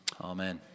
Amen